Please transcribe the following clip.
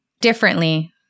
differently